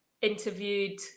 interviewed